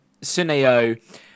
Suneo